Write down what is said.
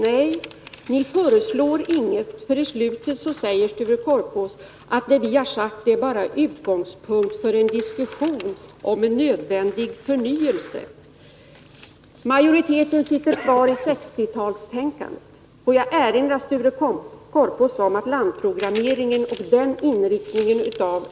Nej, ni föreslår inget, för i slutet säger Sture Korpås att det ni har sagt bara är en utgångspunkt för en diskussion om en nödvändig förnyelse. Majoriteten sitter kvar i 1960-talstänkandet. Får jag erinra Sture Korpås om att den inriktning av